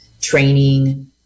training